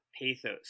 pathos